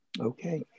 Okay